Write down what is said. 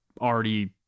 already